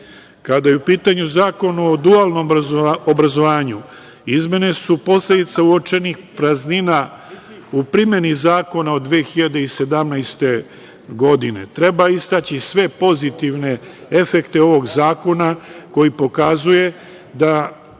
je u pitanju Zakon o dualnom obrazovanju, izmene su posledica uočenih praznina u primeni zakona od 2017. godine. Treba istaći sve pozitivne efekte ovog zakona koji pokazuje da